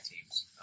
teams